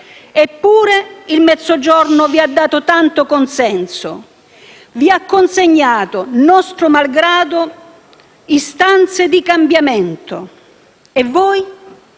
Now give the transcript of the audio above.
Eppure, il Mezzogiorno vi ha dato tanto consenso. Vi ha consegnato, nostro malgrado, istanze di cambiamento. E voi